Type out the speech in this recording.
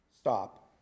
Stop